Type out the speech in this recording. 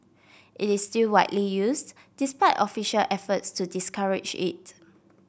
it is still widely used despite official efforts to discourage it